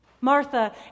Martha